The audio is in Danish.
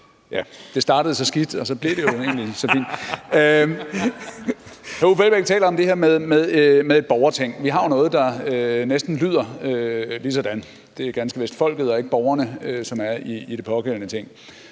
Det startede så skidt, og så blev det jo egentlig så fint. Hr. Uffe Elbæk taler om det her med et borgerting. Vi har jo noget, der næsten lyder ligesådan. Det er ganske vist folket og ikke borgerne, som er i det pågældende Ting.